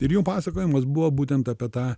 ir jų pasakojimas buvo būtent apie tą